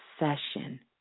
obsession